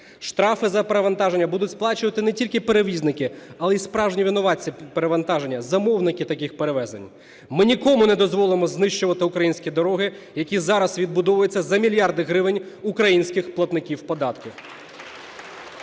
Штрафи за перевантаження будуть сплачувати не тільки перевізники, але й справжні винуватці перевантаження - замовники таких перевезень. Ми нікому не дозволимо знищувати українські дороги, які зараз відбудовуються за мільярди гривень українських платників податків.